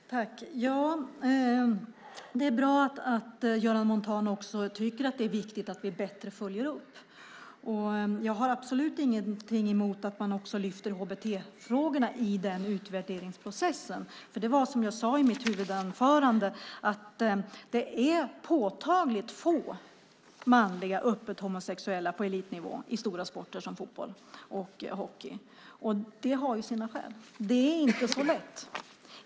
Herr talman! Det är bra att också Göran Montan tycker att det är viktigt att vi gör en bättre uppföljning. Jag har absolut ingenting emot att man tar med HBT-frågorna i utvärderingsprocessen. Som jag sade i mitt huvudanförande är det påtagligt få manliga, öppet homosexuella på elitnivå i stora sporter som fotboll och hockey, och det har sina skäl. Det är inte så lätt.